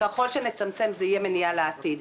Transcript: ככל שנצמצם זה יהיה מניעה לעתיד.